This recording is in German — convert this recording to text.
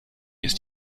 ist